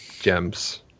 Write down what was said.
gems